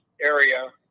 area